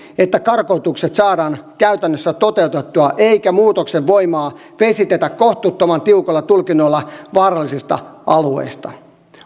että karkotukset saadaan käytännössä toteutettua eikä muutoksen voimaa vesitetä kohtuuttoman tiukoilla tulkinnoilla vaarallisista alueista